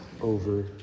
over